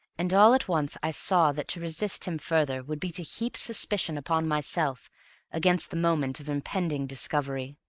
and all at once i saw that to resist him further would be to heap suspicion upon myself against the moment of impending discovery.